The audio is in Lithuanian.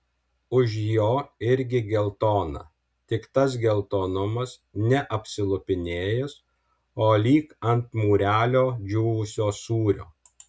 už jo irgi geltona tik tas geltonumas ne apsilupinėjęs o lyg ant mūrelio džiūvusio sūrio